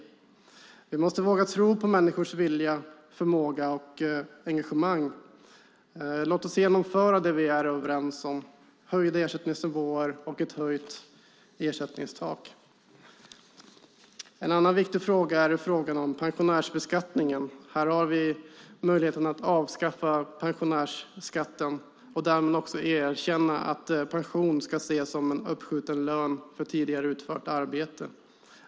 Vi måste våga tro på människors vilja, förmåga och engagemang. Låt oss genomföra det vi är överens om - höjda ersättningsnivåer och ett höjt ersättningstak. En annan viktig fråga är frågan om pensionärsbeskattningen. Här har vi möjligheten att avskaffa pensionsskatten och därmed erkänna att pension ska ses som en uppskjuten lön för tidigare utfört arbete.